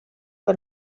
que